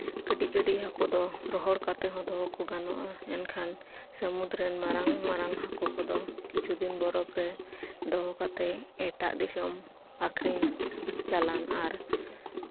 ᱠᱟᱹᱴᱤᱡ ᱠᱟᱹᱴᱤᱡ ᱦᱟᱹᱠᱳ ᱫᱚ ᱨᱚᱦᱚᱲ ᱠᱟᱛᱮᱫ ᱦᱚᱸ ᱫᱚᱦᱚ ᱠᱚ ᱜᱟᱱᱚᱜᱼᱟ ᱮᱱᱠᱷᱟᱱ ᱥᱟᱹᱢᱩᱫᱽ ᱨᱮᱱ ᱢᱟᱨᱟᱝ ᱢᱟᱨᱟᱝ ᱦᱟᱹᱠᱳ ᱠᱚᱫᱚ ᱠᱤᱪᱷᱩ ᱫᱤᱱ ᱵᱚᱨᱚᱯᱷ ᱨᱮ ᱫᱚᱦᱚ ᱠᱟᱛᱮᱫ ᱮᱴᱟᱜ ᱫᱤᱥᱚᱢ ᱟᱠᱷᱨᱤᱧ ᱪᱟᱞᱟᱱ ᱟᱨ